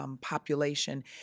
population